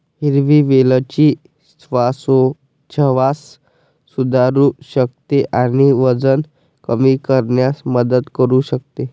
हिरवी वेलची श्वासोच्छवास सुधारू शकते आणि वजन कमी करण्यास मदत करू शकते